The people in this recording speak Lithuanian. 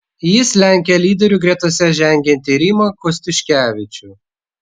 jis lenkia lyderių gretose žengiantį rimą kostiuškevičių